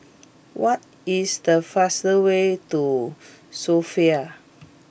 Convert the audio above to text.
what is the fast way to Sofia